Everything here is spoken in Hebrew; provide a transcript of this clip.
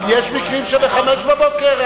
אבל יש מקרים שהמניין הראשון הוא ב-05:00.